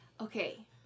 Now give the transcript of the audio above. Okay